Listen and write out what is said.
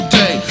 day